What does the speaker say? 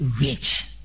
rich